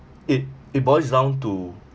it it boils down to